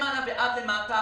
מלמעלה ועד למטה.